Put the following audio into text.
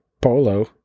polo